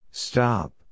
Stop